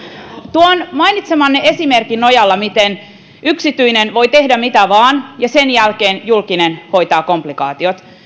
tuon mainitsemanne esimerkin nojalla miten yksityinen voi tehdä mitä vain ja sen jälkeen julkinen hoitaa komplikaatiot